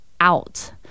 out